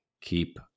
keep